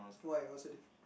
why what so difficult